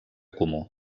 comú